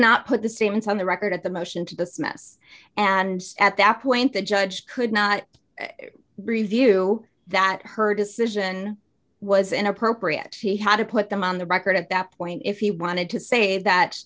not put the statements on the record at the motion to dismiss and at that point the judge could not review that her decision was inappropriate he had to put them on the record at that point if he wanted to say that